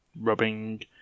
rubbing